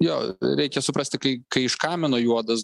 jo reikia suprasti kai kai iš kamino juodas